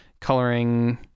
coloring